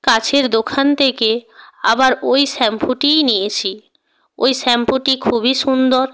কাছের দোকান থেকে আবার ওই শ্যাম্পুটিই নিয়েছি ওই শ্যাম্পুটি খুবই সুন্দর